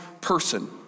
person